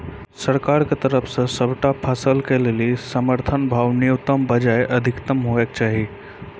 सरकारक तरफ सॅ सबटा फसलक लेल समर्थन भाव न्यूनतमक बजाय अधिकतम हेवाक चाही?